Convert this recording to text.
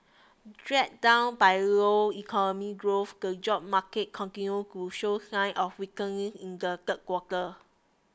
dragged down by low economy growth the job market continued to show signs of weakening in the third quarter